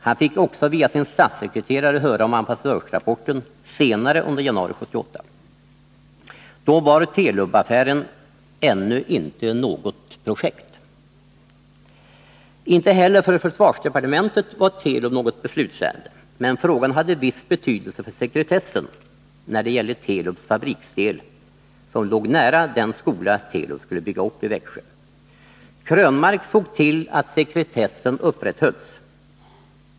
Han fick också via sin statssekreterare höra om ambassadörsrapporten senare under januari 1978. Då var Telub-affären ännu inte något projekt. Inte heller för försvarsdepartementet var Telub något beslutsärende, men frågan hade viss betydelse för sekretessen när det gällde Telubs fabriksdel, som låg nära den skola Telub skulle bygga upp i Växjö. Eric Krönmark såg till att sekretessen upprätthölls.